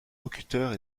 locuteurs